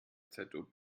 zob